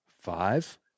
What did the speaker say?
five